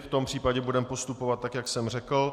V tom případě budeme postupovat tak, jak jsem řekl.